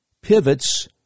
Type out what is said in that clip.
pivots